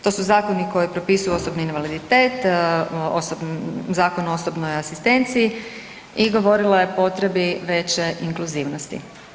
To su zakoni koji propisuju osobni invaliditet, zakon o osobnoj asistenciji i govorila je o potrebi veće inkluzivnosti.